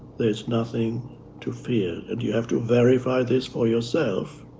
there's nothing to fear. and you have to verify this for yourself,